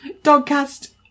Dogcast